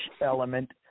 element